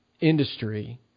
industry